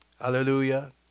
Hallelujah